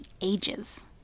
ages